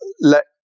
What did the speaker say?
let